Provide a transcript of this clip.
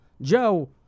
Joe